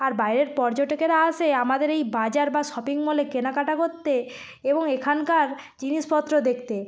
আর বাইরের পর্যটকেরা আসে আমাদের এই বাজার বা শপিং মলে কেনাকাটা করতে এবং এখানকার জিনিসপত্র দেখতে